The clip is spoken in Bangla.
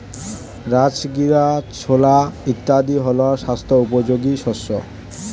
রাজগীরা, ছোলা ইত্যাদি হল স্বাস্থ্য উপযোগী শস্য